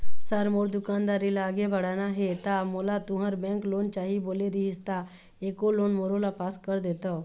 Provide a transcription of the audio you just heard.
Sir मोर दुकानदारी ला आगे बढ़ाना हे ता मोला तुंहर बैंक लोन चाही बोले रीहिस ता एको लोन मोरोला पास कर देतव?